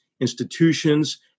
institutions